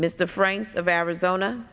mr frank of arizona